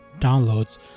downloads